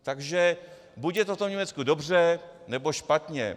Takže buď je to v tom Německu dobře, nebo špatně.